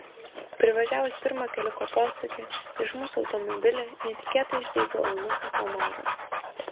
privažiavus pirmą keliuko posūkį prieš mūsų automobilį netikėtai išdygo eunuchas omaras